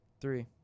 Three